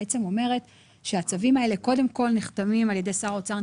אומרת שהצווים האלה קודם כל נחתמים על ידי שר האוצר,